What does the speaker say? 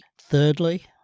thirdly